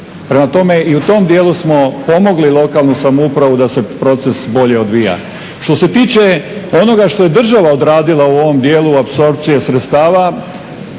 Prema tome, i u tom dijelu smo pomogli lokalnu samoupravu da se proces bolje odvija. Što se tiče onoga što je država odradila u ovom dijelu apsorpcije sredstava